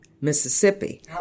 Mississippi